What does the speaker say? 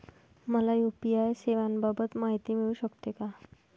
मला यू.पी.आय सेवांबाबत माहिती मिळू शकते का?